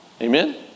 Amen